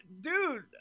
Dude